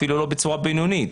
אפילו לא בצורה בינונית.